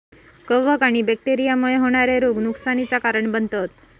कवक आणि बैक्टेरिया मुळे होणारे रोग नुकसानीचा कारण बनतत